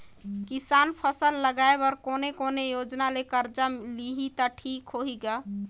किसान फसल लगाय बर कोने कोने योजना ले कर्जा लिही त ठीक होही ग?